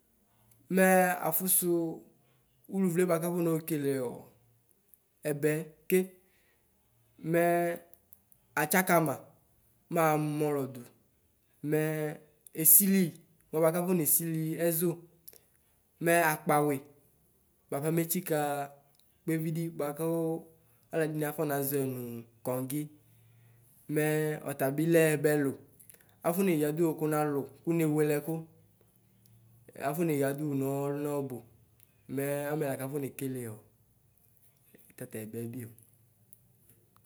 Mɛ afusu abuvle buaku afɔ nɔ keleɔ, ɛbɛke mɛ atsaka ma mɛ amɔlɔ du, mɛ esili mʋ anɛkeakɔ nesɩli ɛzo, mɛ akpawui kpa kɔmetsɩka kpevidi buaku alɩɛdini afɔnazɔɛ nu kɔzi, mɛ ɔtabi lɛ ɛbɛlʋ afɔneyadu wu kunalu kunewele ɛku afɔneya duwu mu ɔluna ɔbu mɛ amɛla kafɔnekele tatɛbɛbio.